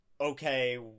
okay